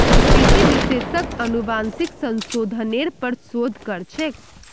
कृषि विशेषज्ञ अनुवांशिक संशोधनेर पर शोध कर छेक